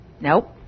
nope